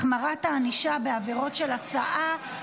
החמרת הענישה בעבירות של הסעה,